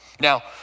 Now